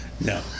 No